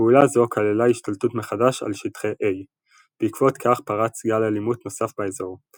פעולה זו כללה השתלטות מחדש על שטחי A. בעקבות כך פרץ גל אלימות נוסף באזור.